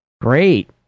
great